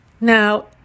Now